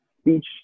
speech